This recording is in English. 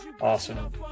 Awesome